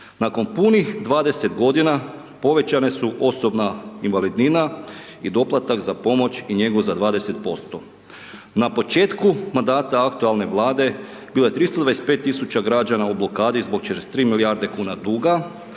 Nakon punih 20 g. povećane su osobna invalidnina i doplatak za pomoć i njegu za 20%. Na početku mandata aktualne Vlade bilo je 325 000 građana u blokadu zbog 43 milijarde kuna duga,